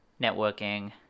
networking